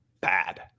bad